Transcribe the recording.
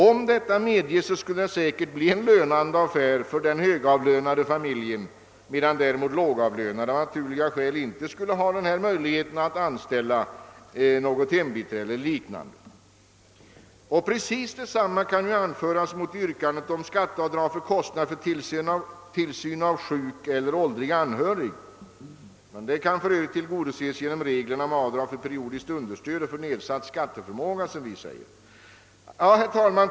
Om detta medges blir det utan tvivel en lönande affär för den högavlönade familjen, medan den lågavlönade av naturliga skäl inte har denna möjlighet att anställa något hembiträde eller liknande hjälp. Precis detsamma kan anföras mot yrkandet om skatteavdrag för kostnad för tillsyn av sjuk eller åldrig anhörig. Detta önskemål kan för övrigt tillgodoses genom reglerna om avdrag för periodiskt understöd och nedsatt skatteförmåga, som vi säger.